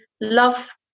love